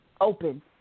open